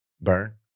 Burn